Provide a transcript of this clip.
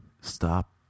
stop